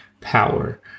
power